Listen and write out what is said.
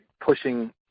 pushing